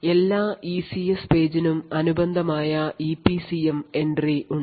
എല്ലാ ഇസിഎസ് പേജിനും അനുബന്ധമായ ഇപിസിഎം എൻട്രി ഉണ്ട്